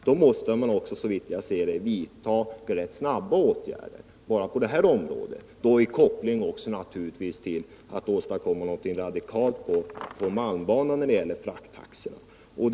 Man måste också, som jag ser det, vidta rätt snabba åtgärder på det här området, men då naturligtvis i koppling med att åstadkomma något radikalt när det gäller frakttaxorna på malmbanan.